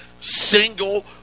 single